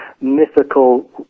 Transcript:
mythical